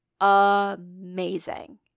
amazing